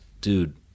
dude